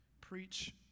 Preach